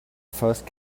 first